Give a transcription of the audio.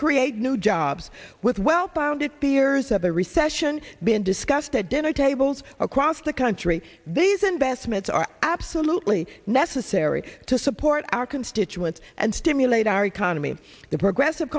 create new jobs with well founded peers of the recession been discussed at dinner tables across the country these investments are absolutely necessary to support our constituents and stimulate our economy the progressive